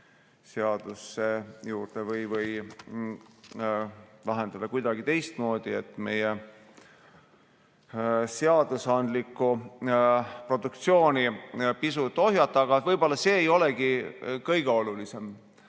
konkurentsiseaduse juurde või lahendada kuidagi teistmoodi, et meie seadusandlikku produktsiooni pisut ohjata. Aga võib-olla see ei olegi kõige olulisem.